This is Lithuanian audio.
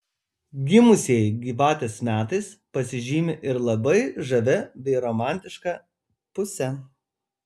gimusieji gyvatės metais pasižymi ir labai žavia bei romantiška puse